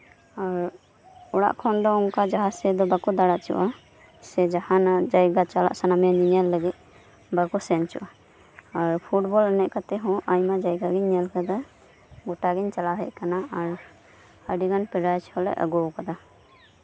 ᱟᱨ ᱚᱱᱠᱟ ᱚᱲᱟᱜ ᱥᱮᱫ ᱠᱷᱚᱱ ᱫᱚ ᱚᱱᱠᱟ ᱵᱟᱠᱚ ᱫᱟᱬᱟ ᱦᱚᱪᱚ ᱟᱜᱼᱟ ᱥᱮ ᱡᱟᱸᱦᱟᱱᱟᱜ ᱡᱟᱭᱜᱟ ᱪᱟᱞᱟᱜ ᱥᱟᱱᱟ ᱢᱮᱭᱟ ᱧᱮᱧᱮᱞ ᱞᱟᱹᱜᱤᱫ ᱵᱟᱠᱚ ᱥᱮᱱ ᱦᱚᱪᱚ ᱟᱜᱼᱟ ᱯᱷᱩᱴᱵᱚᱞ ᱮᱱᱮᱡ ᱠᱟᱛᱮᱜ ᱦᱚᱸ ᱟᱭᱢᱟ ᱡᱟᱭᱜᱟᱜᱤᱧ ᱧᱮᱞ ᱠᱟᱫᱟ ᱜᱳᱴᱟ ᱜᱤᱧ ᱪᱟᱞᱟᱣ ᱵᱟᱲᱟ ᱠᱟᱱᱟ ᱟᱨ ᱟᱹᱰᱤᱜᱟᱱ ᱯᱨᱟᱭᱤᱡ ᱠᱚᱞᱮ ᱟᱹᱜᱩ ᱠᱟᱫᱟ